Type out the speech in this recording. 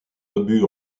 obus